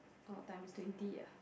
or times twenty ah